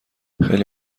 خیلی